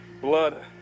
blood